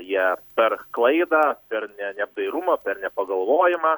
jie per klaidą per neapdairumą per nepagalvojimą